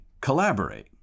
collaborate